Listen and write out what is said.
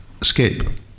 escape